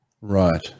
right